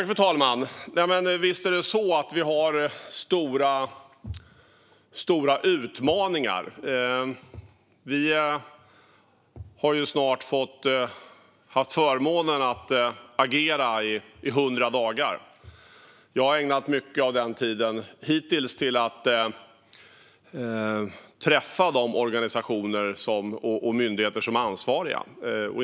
Fru talman! Visst finns det stora utmaningar. Vi har ju haft förmånen att agera i snart 100 dagar. Jag har ägnat mycket av denna tid åt att träffa de organisationer och myndigheter som är ansvariga.